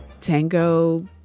tango